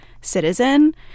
citizen